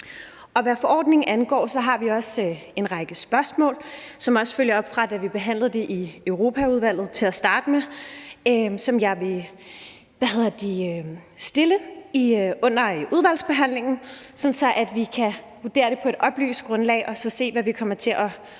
hvad forordningen angår, har vi også en række spørgsmål, som følger op på vores behandling af det i Europaudvalget til at starte med, og som jeg vil stille under udvalgsbehandlingen, sådan at vi kan vurdere det på et oplyst grundlag og så se ud fra det, hvad vi kommer til at